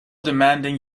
demanding